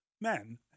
Men